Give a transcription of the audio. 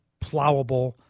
plowable